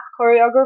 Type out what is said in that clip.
choreography